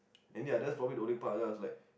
any others probably the only part that I was like